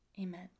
amen